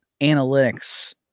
analytics